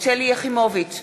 שלי יחימוביץ,